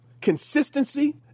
consistency